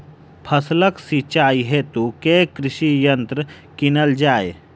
फसलक सिंचाई हेतु केँ कृषि यंत्र कीनल जाए?